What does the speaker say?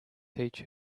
teach